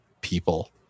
people